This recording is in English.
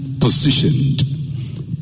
positioned